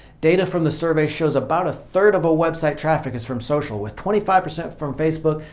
data from the survey shows about a third of website traffic is from social with twenty five percent from facebook,